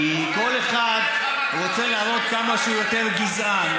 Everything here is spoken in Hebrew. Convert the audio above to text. כי כל אחד רוצה להראות כמה הוא יותר גזען,